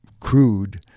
Crude